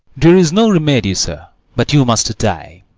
there is no remedy, sir, but you must die.